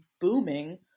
booming